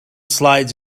slides